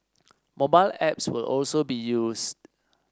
mobile apps will also be used